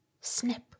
Snip